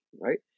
right